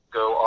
go